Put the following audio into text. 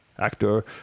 actor